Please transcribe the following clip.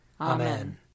Amen